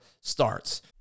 starts